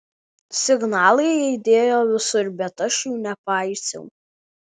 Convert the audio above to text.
signalai aidėjo visur bet aš jų nepaisiau